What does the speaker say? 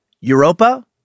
Europa